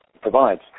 provides